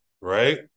Right